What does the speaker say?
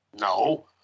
no